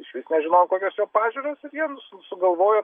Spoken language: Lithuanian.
išvis nežinojo kokios jo pažiūros ir jie su sugalvojo